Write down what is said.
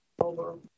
over